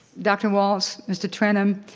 dr. walts, mr. trenum,